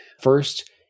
First